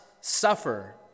suffer